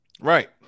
Right